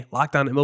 Lockdown